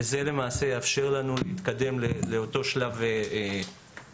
זה למעשה יאפשר לנו להתקדם לשלב הפיילוט.